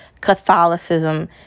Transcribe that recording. catholicism